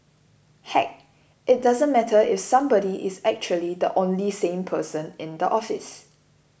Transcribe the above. heck it doesn't matter if somebody is actually the only sane person in the office